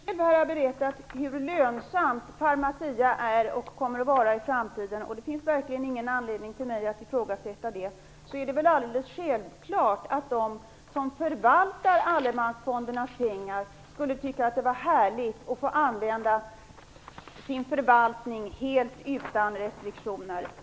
Fru talman! Eftersom Per Bill själv har berättat hur lönsamt Pharmacia är och kommer att vara i framtiden - och det finns verkligen ingen anledning för mig att ifrågasätta det - är det väl alldeles självklart att de som förvaltar allemansfondernas pengar skulle tycka att det vore härligt att få använda sin förvaltning helt utan restriktioner.